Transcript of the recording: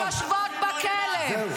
יושבות בכלא.